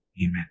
Amen